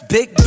Big